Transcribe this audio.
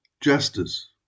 Justice